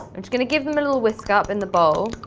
just going to give them a little whisk up in the bowl.